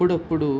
అప్పుడప్పుడు